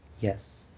Yes